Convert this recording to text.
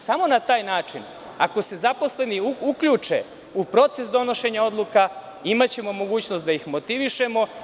Samo na taj način ako se zaposleni uključe u proces donošenja odluka, imaćemo mogućnost da ih motivišemo.